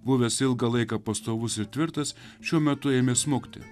buvęs ilgą laiką pastovus tvirtas šiuo metu ėmė smukti